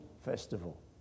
Festival